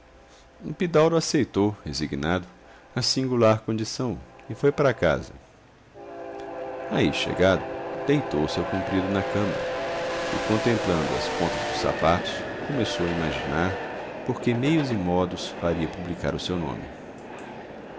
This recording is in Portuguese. epidauro aceitou resignado a singular condição e foi para casa aí chegado deitou-se ao comprido na cama e contemplando as pontas dos sapatos começou a imaginar por que meios e modos faria publicar o seu nome